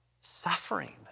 suffering